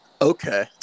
Okay